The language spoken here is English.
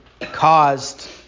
caused